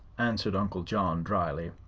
answered uncle john, dryly.